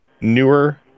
Newer